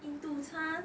印度餐